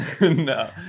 no